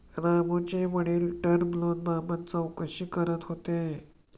रामूचे वडील टर्म लोनबाबत चौकशी करत होते